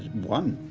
one.